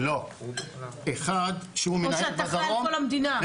או שאתה אחראי על כל המדינה?